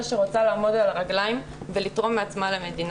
שרוצה לעמוד על הרגליים ולתרום מעצמה למדינה,